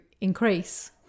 increase